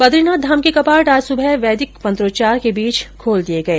बद्रीनाथ धाम के कपाट आज सुबह वैदिक मंत्रोच्चार के बीच खोल दिए गए